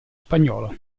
spagnolo